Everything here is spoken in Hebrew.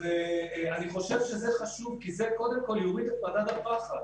אני חושב שזה חשוב כי זה יוריד את דרגת הפחד,